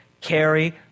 carry